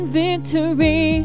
victory